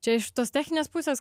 čia iš tos techninės pusės